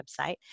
website